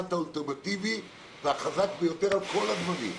כמעט האולטימטיבי והחזק ביותר על כל הדברים.